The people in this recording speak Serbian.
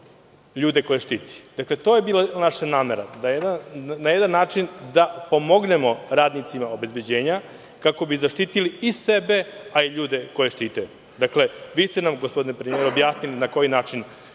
ljude koje štiti. To je bila naša namera, da na jedan način pomognemo radnicima obezbeđenja kako bi zaštitili i sebe, a i ljude koje štite. Vi ste nam, gospodine premijeru, objasnili na koji način